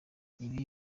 ibi